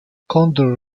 condor